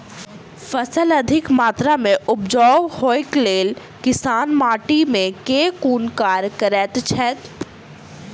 फसल अधिक मात्रा मे उपजाउ होइक लेल किसान माटि मे केँ कुन कार्य करैत छैथ?